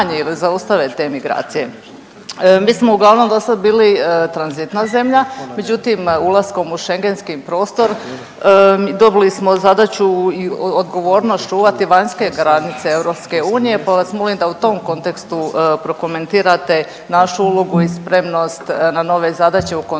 Mi smo uglavnom dosad bili tranzitna zemlja, međutim, ulaskom u šengenski prostor, dobili smo zadaću i odgovornost čuvati vanjske granice EU pa vas molim da u tom kontekstu prokomentirate našu ulogu i spremnost na nove zadaće u kontekstu